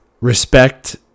respect